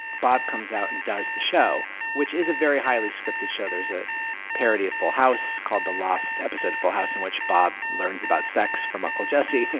bob comes out and does the show which is a very highly scripted show. there's a parody of full house called the lost episode of full house in which bob learns about sex from uncle jesse